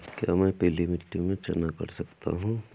क्या मैं पीली मिट्टी में चना कर सकता हूँ?